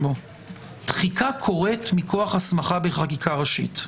תחיקה קורית מכוח הסמכה בחקיקה ראשית.